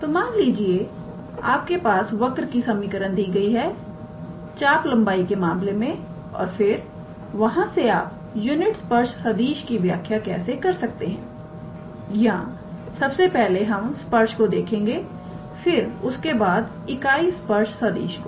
तो मान लीजिए आपके पास वक्र की एक समीकरण दी गई है चापलंबाई के मामले में और फिर वहां से आप यूनिट स्पर्श सदिशकी व्याख्या कैसे कर सकते हैं या सबसे पहले हम स्पर्श को देखेंगे फिर उसके बाद इकाई स्पर्श सदिश को